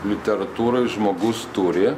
literatūroj žmogus turi